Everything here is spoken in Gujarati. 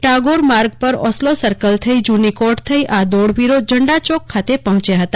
ટાગોર માર્ગ પર ઓસ્લો સર્કલ થઈ જૂની કોર્ટ થઈને આ દોડવીરો ઝંડા ચોક ખાતે પહોંચ્યા હતા